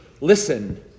listen